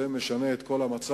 זה משנה את כל המצב.